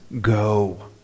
go